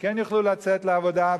שכן יוכלו לצאת לעבודה,